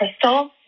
Crystal